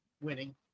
Winning